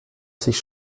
sich